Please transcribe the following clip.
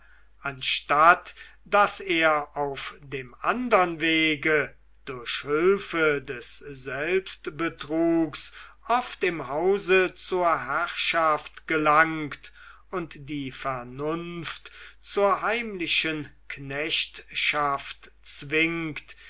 anstatt daß er auf dem andern wege durch hülfe des selbstbetrugs oft im hause zur herrschaft gelangt und die vernunft zur heimlichen knechtschaft zwingt